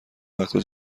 وقتها